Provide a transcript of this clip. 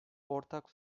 ortak